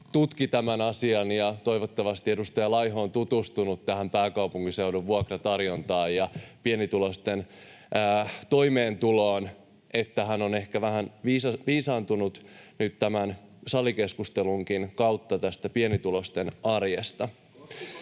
tutki tämän asian, ja toivottavasti edustaja Laiho on nyt tutustunut pääkaupunkiseudun vuokratarjontaan ja pienituloisten toimeentuloon, niin että hän on ehkä vähän viisastunut tämän salikeskustelunkin kautta pienituloisten arjesta.